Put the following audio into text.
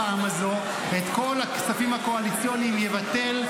בפעם הזו את כל הכספים הקואליציוניים יבטל,